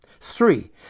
Three